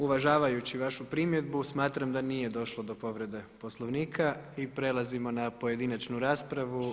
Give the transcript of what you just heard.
Uvažavajući vašu primjedbu smatram da nije došlo do povrede Poslovnika i prelazimo na pojedinačnu raspravu.